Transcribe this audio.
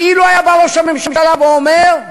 כי אילו בא ראש הממשלה והיה אומר: